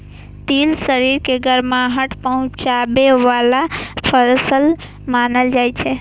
तिल शरीर के गरमाहट पहुंचाबै बला फसल मानल जाइ छै